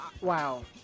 wow